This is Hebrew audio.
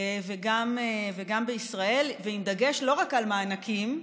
וגם בישראל, עם דגש לא רק על מענקים,